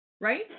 right